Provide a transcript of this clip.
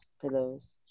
pillows